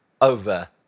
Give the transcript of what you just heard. over